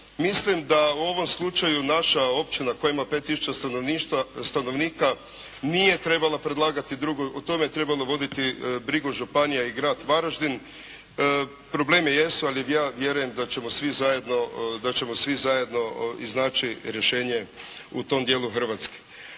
Mislim da u ovom slučaju naša općina koja ima pet tisuća stanovnika, nije trebala predlagati drugoj, o tome treba voditi brigu županija i grad Varaždin. Problemi jesu, ali ja vjerujem da ćemo svi zajedno iznaći rješenje u tom dijelu Hrvatske.